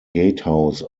gatehouse